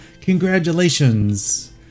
Congratulations